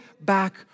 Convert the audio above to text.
back